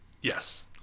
Yes